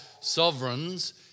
sovereigns